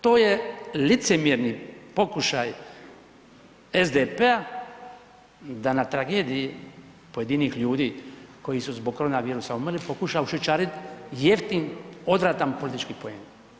To je licemjerni pokušaj SDP-a da na tragediji pojedinih ljudi koji su zbog koronavirusa umrli, pokušali ušićariti jeftin, odvratan politički poen.